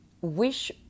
wish